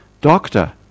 Doctor